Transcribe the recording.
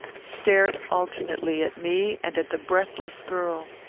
stared alternately at me and at the breathless girl.